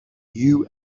you